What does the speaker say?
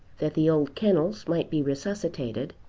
that the old kennels might be resuscitated,